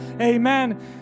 Amen